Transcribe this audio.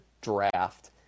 draft